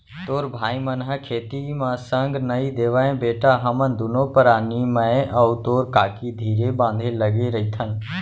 तोर भाई मन ह खेती म संग नइ देवयँ बेटा हमन दुनों परानी मैं अउ तोर काकी धीरे बांधे लगे रइथन